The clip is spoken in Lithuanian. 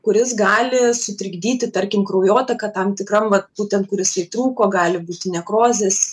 kuris gali sutrikdyti tarkim kraujotaką tam tikram vat būtent kur jisai įtrūko gali būti nekrozės